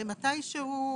הרי מתי שהוא,